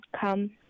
come